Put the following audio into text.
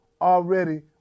already